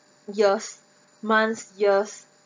years months years